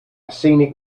scenic